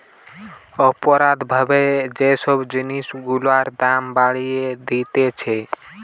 অপরাধ ভাবে যে সব জিনিস গুলার দাম বাড়িয়ে দিতেছে